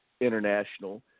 international